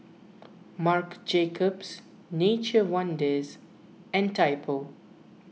Marc Jacobs Nature's Wonders and Typo